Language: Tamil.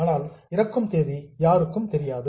ஆனால் இறக்கும் தேதி யாருக்கும் தெரியாது